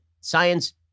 science